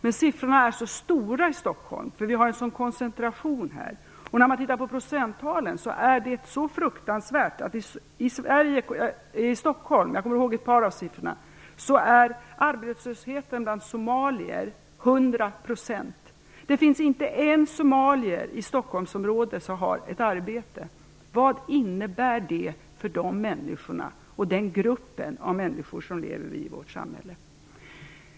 Men siffrorna är så stora i Stockholm, eftersom vi här har en sådan koncentration. När man tittar på procenttalen är det fruktansvärt. I Stockholm - jag kommer ihåg ett par av siffrorna - är arbetslösheten bland somalier 100 %. Det finns inte en somalier i Stockholmsområdet som har ett arbete. Vad innebär det för de människorna och den gruppen som lever i vårt samhälle?